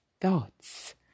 thoughts